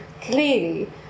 clearly